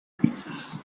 pieces